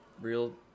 real